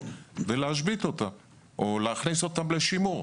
ולהשבית אותה או להכניס אותן לשימור.